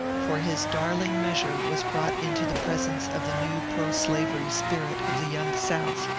for his darling measure was brought into the presence of the new proslavery spirit of the young south,